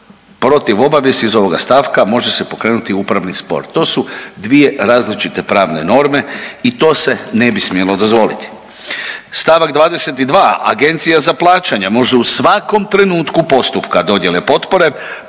Protiv obavijesti iz ovoga stavka može se pokrenuti upravni spor. To su dvije različite pravne norme i to se ne bi smjelo dozvoliti. Stavak 22. Agencija za plaćanja može u svakom trenutku postupka dodjele potpore,